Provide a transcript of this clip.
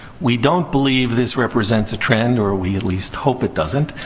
we don't believe this represents a trend. or we at least hope it doesn't.